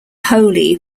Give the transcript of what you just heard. holy